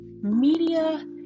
media